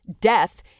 death